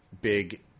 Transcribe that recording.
big –